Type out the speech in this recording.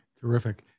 Terrific